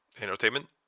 Entertainment